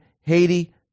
Haiti